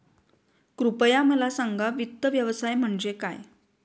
कृपया मला सांगा वित्त व्यवसाय म्हणजे काय?